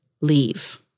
leave